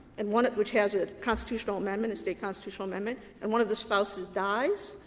and one of which has a constitutional amendment, a state constitutional amendment and one of the spouses dies,